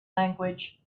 language